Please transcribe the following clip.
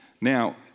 Now